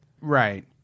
Right